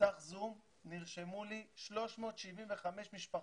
נפתח זום נרשמו 375 משפחות,